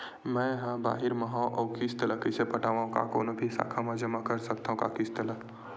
मैं हा बाहिर मा हाव आऊ किस्त ला कइसे पटावव, का कोनो भी शाखा मा जमा कर सकथव का किस्त ला?